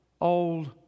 old